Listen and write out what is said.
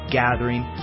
gathering